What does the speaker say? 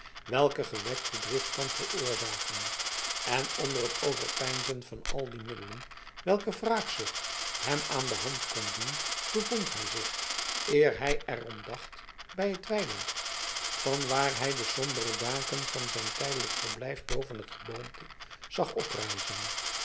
welken gewekte drift kan veroorzaken en onder het overpeinzen van al de middelen welke wraakzucht hem aan de hand kon doen bevond hij zich eer hij er om dacht bij het weiland van waar hij de sombere daken van zijn tijdelijk verblijf boven het geboomte zag oprijzen